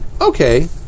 Okay